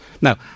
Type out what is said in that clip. Now